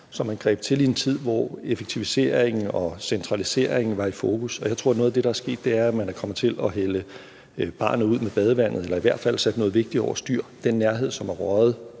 som man greb til i en tid, hvor effektivisering og centralisering var i fokus. Og jeg tror, at noget af det, der er sket, er, at man er kommet til at smide barnet ud med badevandet eller i hvert fald sætte noget vigtigt over styr. Den nærhed, som er røget,